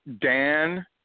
Dan